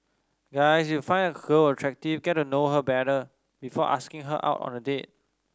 guys if you find a girl attractive get to know her better before asking her out on a date